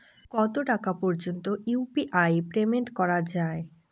কত টাকা পর্যন্ত ইউ.পি.আই পেমেন্ট করা যায়?